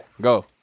Go